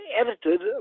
edited